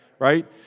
Right